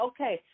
Okay